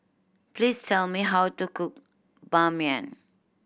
please tell me how to cook Ban Mian